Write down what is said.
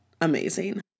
amazing